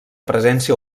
presència